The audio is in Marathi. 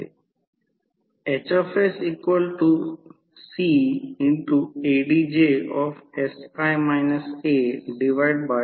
प्रथम पूर्ण भार विद्युत् प्रवाह शोधा कारण यामुळेच पूर्ण भार केव्हीए KVA 500 केव्हीए KVA